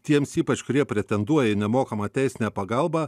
tiems ypač kurie pretenduoja į nemokamą teisinę pagalbą